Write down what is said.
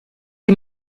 die